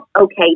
okay